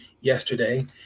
yesterday